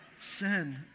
Sin